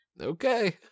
Okay